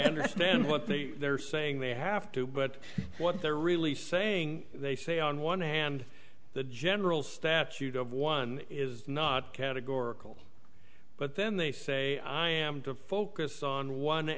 understand what they are saying they have to but what they're really saying they say on one hand the general statute of one is not categorical but then they say i am to focus on one